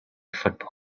football